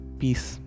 peace